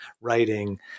writing